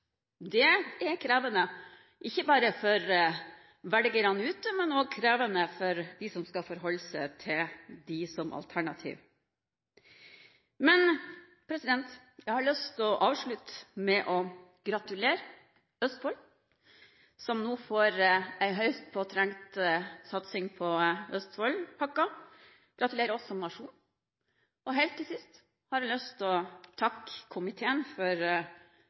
Det er krevende, ikke bare for velgerne ute, men også for de som skal forholde seg til dem som alternativ. Jeg har lyst til å avslutte med å gratulere Østfold, som nå får en høyst tiltrengt satsing på Østfoldpakka, og gratulere oss som nasjon. Helt til sist har jeg lyst til å takke komiteen for